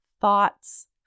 thoughts